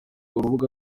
urubuga